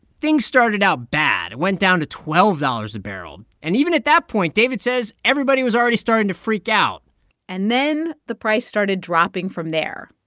things started out bad. it went down to twelve dollars a barrel. and even at that point, david says everybody was already starting to freak out and then the price started dropping from there.